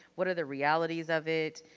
what are the realities of it?